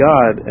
God